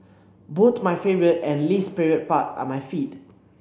both my favourite and least favourite part are my feet